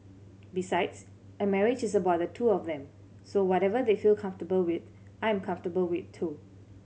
besides a marriage is about the two of them so whatever they feel comfortable with I am comfortable with too